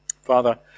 Father